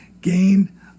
gain